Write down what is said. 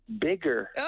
bigger